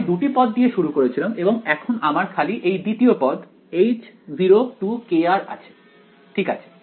আমি দুটি পদ দিয়ে শুরু করেছিলাম এবং এখন আমার খালি এই দ্বিতীয় পদ H0 আছে ঠিক আছে